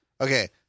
Okay